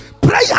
Prayer